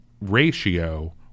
ratio